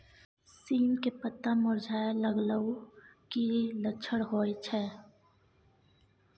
सीम के पत्ता मुरझाय लगल उ कि लक्षण होय छै?